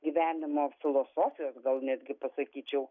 gyvenimo filosofijos gal netgi pasakyčiau